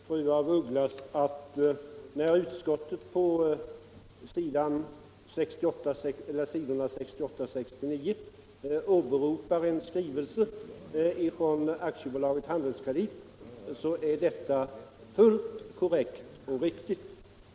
Herr talman! Till fru af Ugglas vill jag säga att utskottet på s. 68-69 åberopar skrivelsen från AB Handelskredit fullt korrekt och riktigt.